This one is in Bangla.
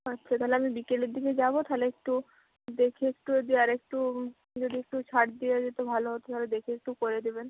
ও আচ্ছা তালে আমি বিকেলের দিকে যাবো তা হলে একটু দেখি একটু যদি আর একটু যদি একটু ছাড় দেওয়া যেতো ভালো হতো তাহলে দেখে একটু করে দেবেন